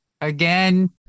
again